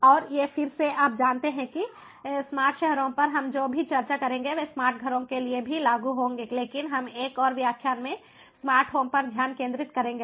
और ये फिर से आप जानते हैं कि स्मार्ट शहरों पर हम जो भी चर्चा करेंगे वे स्मार्ट घरों के लिए भी लागू होंगे लेकिन हम एक और व्याख्यान में स्मार्ट होम पर ध्यान केंद्रित करेंगे